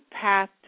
path